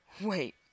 Wait